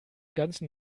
ganzen